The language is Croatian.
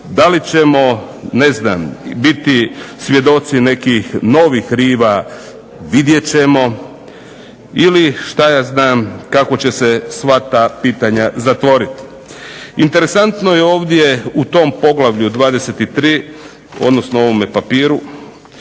Da li ćemo ne znam biti svjedoci nekih novih riva, vidjet ćemo. Ili, što ja znam, kako će se sva ta pitanja zatvoriti. Interesantno je ovdje u tom Poglavlju 23., odnosno u ovome papiru,